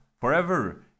forever